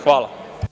Hvala.